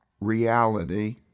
reality